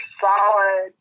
solid